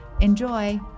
Enjoy